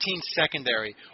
secondary